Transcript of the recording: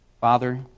Father